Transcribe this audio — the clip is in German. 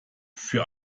für